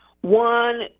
One